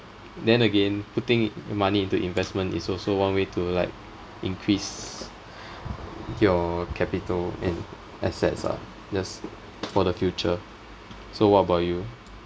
then again putting money into investment is also one way to like increase your capital and assets ah just for the future so what about you